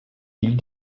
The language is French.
ils